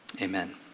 Amen